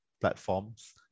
platforms